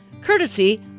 courtesy